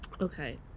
Okay